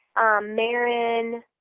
Marin